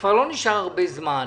כבר לא נשאר הרבה זמן,